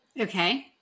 Okay